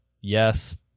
Yes